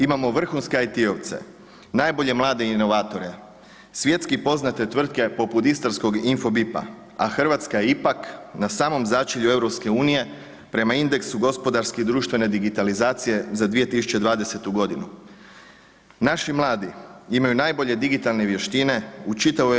Imamo vrhunske IT-ovce, najbolje mlade inovatore, svjetski poznate tvrtke poput istarskog Infobipa, a RH je ipak na samom začelju EU prema indeksu gospodarske i društvene digitalizacije za 2020.g. Naši mladi imaju najbolje digitalne vještine u čitavoj EU.